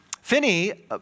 Finney